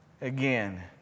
again